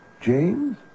James